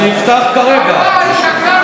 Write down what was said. שקרן.